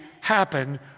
happen